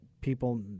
people